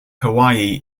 hawaii